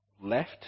left